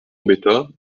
boulevard